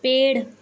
पेड़